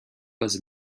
was